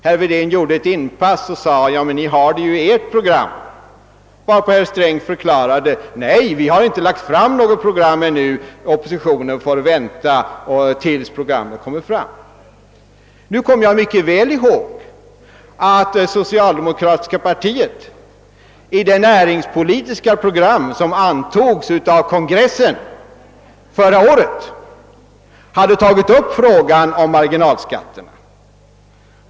Herr Wedén gjorde ett inpass och sade: »Men ni har det ju i ert program», varpå herr Sträng förklarade att han dock inte lagt fram något program ännu; »oppositionen får vänta tills programmet kommer». Nu kom jag mycket väl ihåg, att socialdemokratiska partiet i det näringspolitiska program som antogs av kongressen förra året hade tagit upp frågan om marginalskatten.